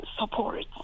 support